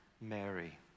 Mary